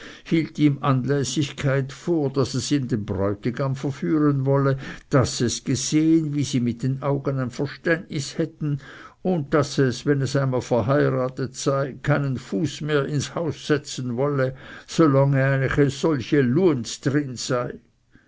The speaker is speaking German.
hielt ihm anlässigkeit vor daß es ihm den bräutigam verführen wolle daß es gesehen wie sie mit den augen ein verständnis hätten und daß es wenn es einmal verheiratet sei keinen fuß mehr ins haus setzen wolle solange eine solche luenz darin sei